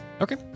Okay